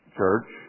church